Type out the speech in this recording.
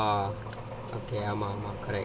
ah okay